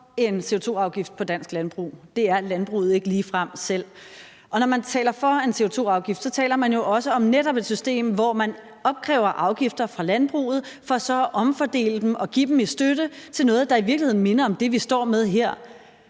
en CO2-afgift på dansk landbrug. Det er landbruget ikke ligefrem selv. Og når man taler for en CO2-afgift, taler man jo også netop om et system, hvor man opkræver afgifter fra landbruget for så at omfordele dem og give dem i støtte til noget, der i virkeligheden minder om det, vi står med her.